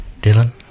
Dylan